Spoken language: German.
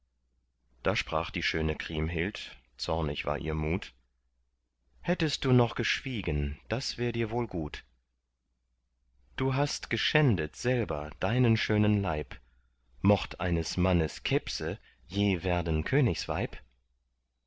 da sprach die schöne kriemhild zornig war ihr mut hättest du noch geschwiegen das wär dir wohl gut du hast geschändet selber deinen schönen leib mocht eines mannes kebse je werden königsweib